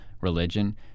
religion